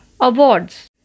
awards